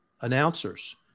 announcers